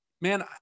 man